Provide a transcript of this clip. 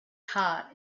heart